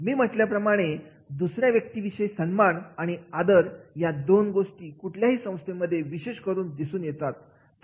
मी म्हटल्याप्रमाणे दुसऱ्या व्यक्तीविषयी सन्मान आणि आदर या दोन गोष्टी कुठल्याही संस्थेमध्ये विशेष करून दिसून येतात